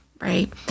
right